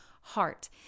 heart